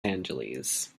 angeles